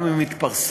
גם אם מתפרסמת